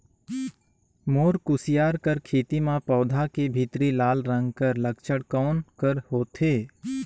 मोर कुसियार कर खेती म पौधा के भीतरी लाल रंग कर लक्षण कौन कर होथे?